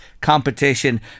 competition